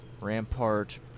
Rampart